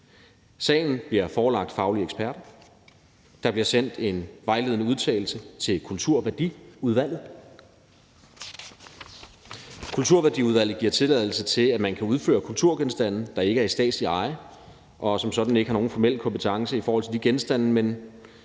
Sagen bliver forelagt faglige eksperter. Der bliver sendt en vejledende udtalelse til Kulturværdiudvalget. Kulturværdiudvalget giver tilladelse til, at man kan udføre kulturgenstande, der ikke er i statslig eje, og udvalget har som sådan ikke nogen formel kompetence i forhold til de genstande,